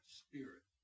spirit